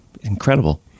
incredible